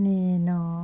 నేను